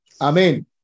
amen